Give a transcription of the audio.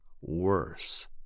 worse